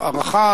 ההערכה,